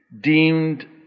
deemed